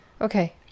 Okay